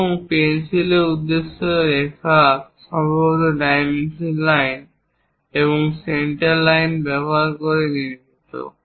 এবং পেন্সিলের উদ্দেশ্য রেখা সম্ভবত ডাইমেনশন লাইন এবং সেন্টার লাইস ব্যবহার করে নির্মিত